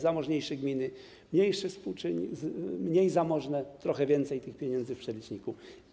Zamożniejsze gminy - mniejszy współczynnik, mniej zamożne - trochę więcej tych pieniędzy w przeliczniku.